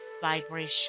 vibration